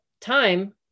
time